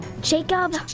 Jacob